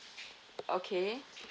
okay